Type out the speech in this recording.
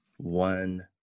one